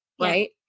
right